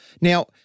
Now